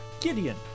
Gideon